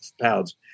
pounds